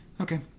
okay